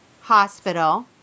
hospital